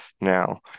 now